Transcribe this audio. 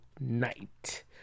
night